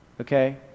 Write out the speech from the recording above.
Okay